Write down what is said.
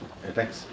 eh thanks